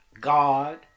God